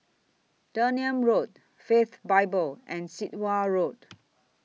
Dunearn Road Faith Bible and Sit Wah Road